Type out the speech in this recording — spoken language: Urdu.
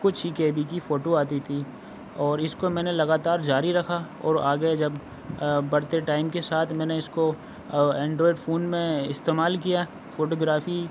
کچھ ہی کے بی کی فوٹو آتی تھی اور اس کو میں نے لگاتار جاری رکھا اور آگے جب بڑھتے ٹائم کے ساتھ میں نے اس کو اینڈرائڈ فون میں استعمال کیا فوٹوگرافی